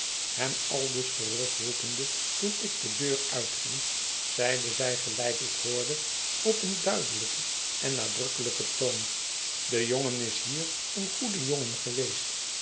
hem aldus terugroepende toen ik de deur uitging zeide zij gelijk ik hoorde op een duidelijken en nadrukkelijken toon de jongen is hier een goede jongen geweest